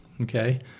okay